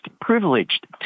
privileged